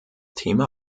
thema